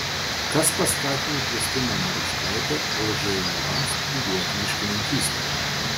kas paskatino kristiną maruškaitę lžūa studijuoti miškininkystę